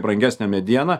brangesnė mediena